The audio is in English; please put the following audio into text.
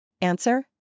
Answer